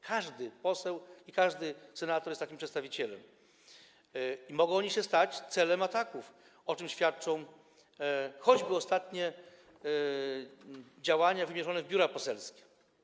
Każdy poseł i każdy senator jest takim przedstawicielem i może stać się celem ataków, o czym świadczą choćby ostatnie działania wymierzone w biura poselskie.